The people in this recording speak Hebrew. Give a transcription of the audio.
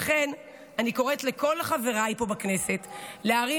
לכן אני קוראת לכל חבריי פה בכנסת להרים